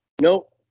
nope